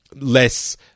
less